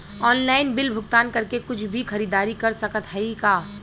Online bill भुगतान करके कुछ भी खरीदारी कर सकत हई का?